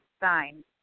sign